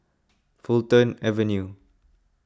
Fulton Avenue